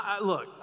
Look